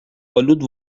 آلود